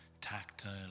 tactile